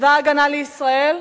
צבא-הגנה לישראל,